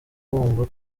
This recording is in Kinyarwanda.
bumva